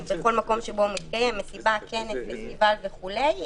זה לא משנה אם הוא מתקיים בתוך בית עסק או בשטח ציבורי או